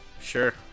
sure